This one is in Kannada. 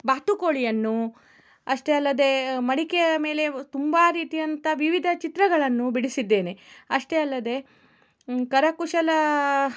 ಬಾತುಕೋಳಿಯನ್ನು ಅಷ್ಟೇ ಅಲ್ಲದೇ ಮಡಿಕೆಯ ಮೇಲೆ ತುಂಬ ರೀತಿಯಂಥ ವಿವಿಧ ಚಿತ್ರಗಳನ್ನು ಬಿಡಿಸಿದ್ದೇನೆ ಅಷ್ಟೇ ಅಲ್ಲದೇ ಕರಕುಶಲ